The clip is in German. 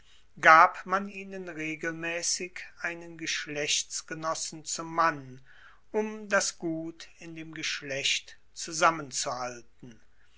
gab man ihnen regelmaessig einen geschlechtsgenossen zum mann um das gut in dem geschlecht zusammenzuhalten